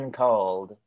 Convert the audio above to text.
called